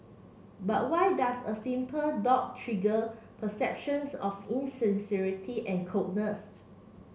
but why does a simple dot trigger perceptions of insincerity and coldness